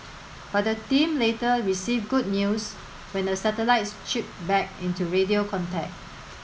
but the team later received good news when the satellites chirped back into radio contact